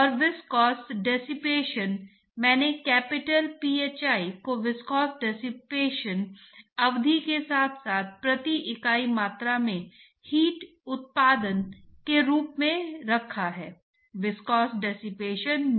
और turbulent flow वह है जहां उतार चढ़ाव होते हैं और द्रव कणों का क्रॉस मिक्सिंग होता है